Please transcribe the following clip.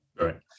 Right